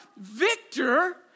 victor